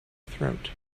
throat